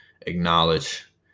acknowledge